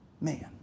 man